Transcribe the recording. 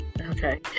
Okay